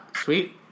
sweet